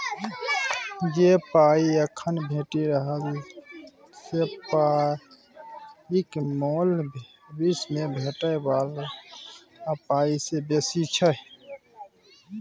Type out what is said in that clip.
जे पाइ एखन भेटि रहल से पाइक मोल भबिस मे भेटै बला पाइ सँ बेसी छै